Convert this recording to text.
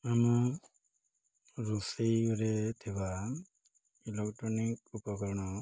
ଆମ ରୋଷେଇ ଘରେ ଥିବା ଇଲୋକ୍ଟ୍ରୋନିକ୍ ଉପକରଣ